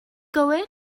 going